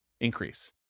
increase